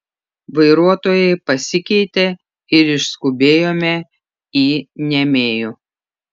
vairuotojai pasikeitė ir išskubėjome į niamėjų